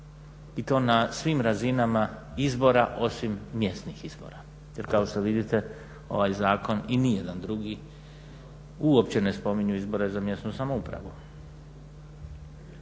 i to na svim razinama izbora, osim mjesnih izbora jer kao što vidite ovaj zakon i nijedan drugi uopće ne spominju izbore za mjesnu samoupravu.